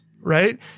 right